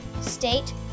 state